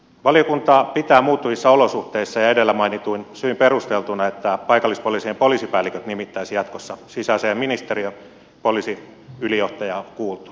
valiokunta pitää muuttuvissa olosuhteissa ja edellä mainituin syin perusteltuna että paikallispoliisien poliisipäälliköt nimittäisi jatkossa sisäasiainministeriö poliisiylijohtajaa kuultuaan